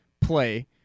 play